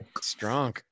Strong